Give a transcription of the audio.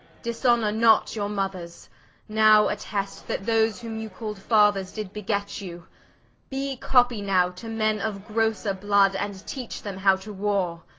dishonour not your mothers now attest, that those whom you call'd fathers, did beget you be coppy now to men of grosser blood, and teach them how to warre.